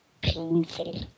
painful